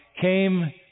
came